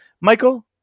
Michael